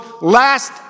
last